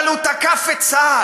אבל הוא תקף את צה"ל,